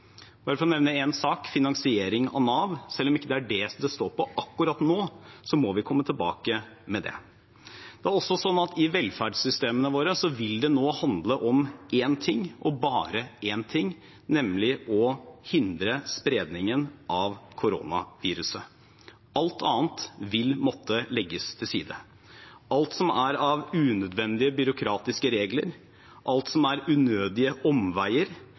Bare for å nevne én sak: finansiering av Nav. Selv om det ikke er det det står på akkurat nå, må vi komme tilbake til det. I velferdssystemene våre vil det nå handle om én ting, og bare én ting, nemlig å hindre spredningen av koronaviruset. Alt annet vil måtte legges til side. Alt som er av unødvendige byråkratiske regler, alt som er unødige omveier,